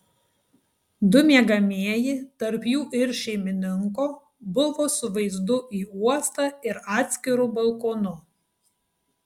du miegamieji tarp jų ir šeimininko buvo su vaizdu į uostą ir atskiru balkonu